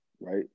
right